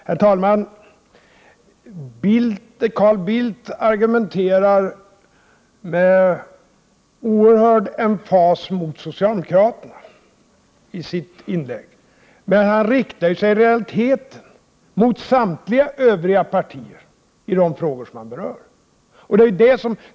Herr talman! Carl Bildt argumenterar i sitt inlägg med oerhörd emfas mot socialdemokraterna, men han riktar sig ju i realiteten i de frågor han berör mot samtliga övriga partier.